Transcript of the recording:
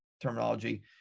terminology